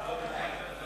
סליחה, אני.